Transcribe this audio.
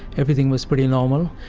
everything was pretty normal.